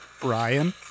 Brian